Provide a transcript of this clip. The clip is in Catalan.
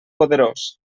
poderós